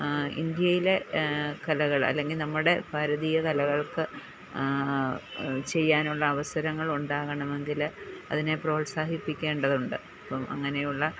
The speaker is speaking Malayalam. ഇന്ത്യയിലെ കലകൾ അല്ലങ്കിൽ നമ്മുടെ ഭാരതീയ കലകൾക്ക് ചെയ്യാൻ ഉള്ള അവസരങ്ങൾ ഉണ്ടാകണം എങ്കിൽ അതിനെ പ്രോത്സാഹിപ്പിക്കേണ്ടത് ഉണ്ട് അപ്പം അങ്ങനെയുള്ള